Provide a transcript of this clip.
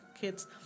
kids